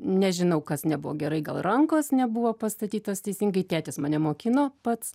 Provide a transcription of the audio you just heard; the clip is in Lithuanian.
nežinau kas nebuvo gerai gal rankos nebuvo pastatytos teisingai tėtis mane mokino pats